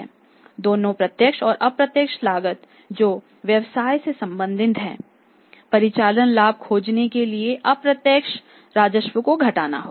दोनों प्रत्यक्ष और अप्रत्यक्ष लागत जो व्यवसाय से संबंधित हैं परिचालन लाभ खोजने के लिए प्रत्यक्ष राजस्व से घटाना होगा